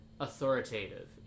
authoritative